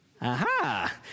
Aha